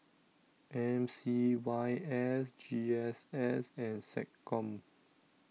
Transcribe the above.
M C Y S G S S and Seccom